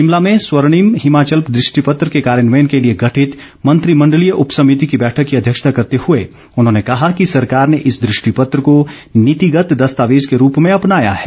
शिमला में स्वर्णिम हिमाचल दृष्टिपत्र के कार्यान्वयन के लिए गठित मंत्रिमंडलीय उपसभिति की बैठक की अध्यक्षता करते हुए उन्होंने कहा कि सरकार ने इस दृष्टिपत्र को नीतिगत दस्तावेज के रूप में अपनाया है